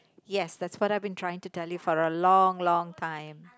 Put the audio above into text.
yes that's what I've been trying to tell you for a long long time